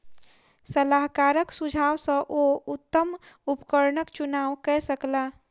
सलाहकारक सुझाव सॅ ओ उत्तम उपकरणक चुनाव कय सकला